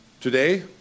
Today